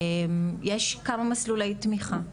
יש כמה מסלולי תמיכה,